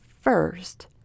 first